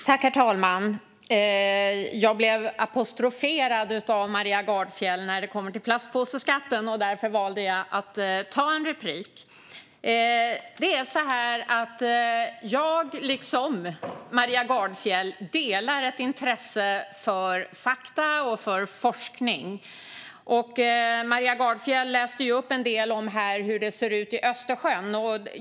Herr talman! Jag blev apostroferad av Maria Gardfjell när det kommer till plastpåseskatten, och därför valde jag att ta replik. Jag och Maria Gardfjell delar ett intresse för fakta och forskning. Maria Gardfjell läste upp en del om hur det ser ut i Östersjön.